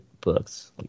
books